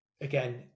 again